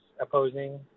opposing